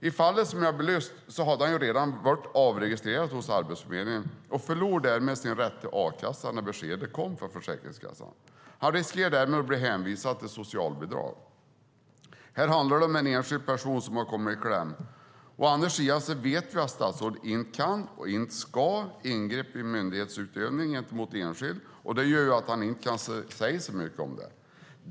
I fallet jag har belyst hade han redan blivit avregistrerad hos Arbetsförmedlingen och förlorade därmed sin rätt till a-kassa när beskedet kom från Försäkringskassan. Han riskerar därmed att bli hänvisad till socialbidrag. Här handlar det om en enskild person som har kommit i kläm. Å andra sidan vet jag att statsrådet inte kan och inte ska ingripa i myndighetsutövning gentemot enskild, vilket gör att statsrådet inte kan säga så mycket om detta.